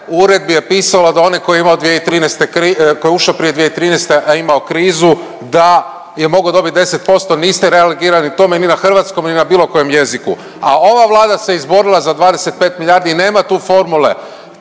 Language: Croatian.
koji je imao 2013., koji je ušao prije 2013., a imao krizu da je mogao dobit 10%, niste reagirali tome ni na hrvatskom ni na bilo kojem jeziku. A ova Vlada se izborila za 25 milijardi. Nema tu formule.